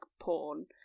porn